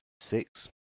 six